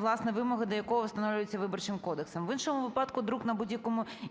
власне, вимоги до якого встановлюються Виборчим кодексом. В іншому випадку друк на будь-якому